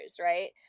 right